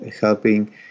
helping